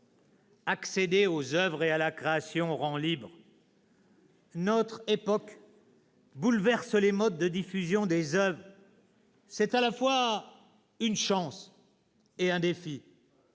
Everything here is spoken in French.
Accéder aux oeuvres et à la création rend libre. Notre époque bouleverse les modes de diffusion des oeuvres : c'est à la fois une chance et un défi.